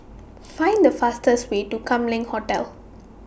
Find The fastest Way to Kam Leng Hotel